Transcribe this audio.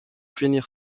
finir